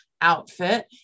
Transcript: outfit